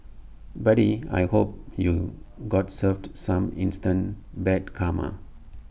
buddy I hope you got served some instant bad karma